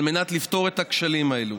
על מנת לפתור את הכשלים האלו.